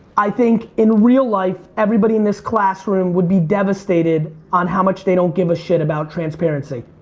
i think in real life everybody in this classroom would be devastated on how much they don't give a shit about transparency.